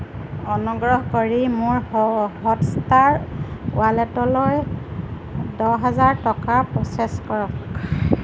অনুগ্ৰহ কৰি মোৰ হটষ্টাৰ ৱালেটলৈ দহ হাজাৰ টকা প্ৰ'চেছ কৰক